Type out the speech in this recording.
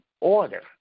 order